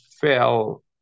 fell